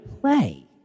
play